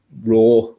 raw